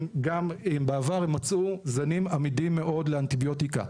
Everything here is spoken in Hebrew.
בעבר הם מצאו זנים עמידים מאוד לאנטיביוטיקה,